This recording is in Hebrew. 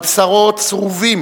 על בשרו צרובים